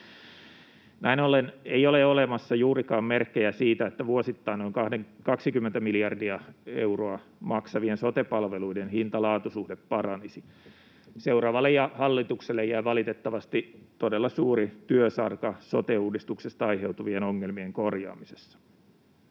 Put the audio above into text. Näin ollen ei ole olemassa juurikaan merkkejä siitä, että vuosittain noin 20 miljardia euroa maksavien sote-palveluiden hinta—laatu-suhde paranisi. Seuraavalle hallitukselle jää valitettavasti todella suuri työsarka sote-uudistuksesta aiheutuvien ongelmien korjaamisessa.